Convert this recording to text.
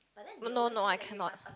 no no I cannot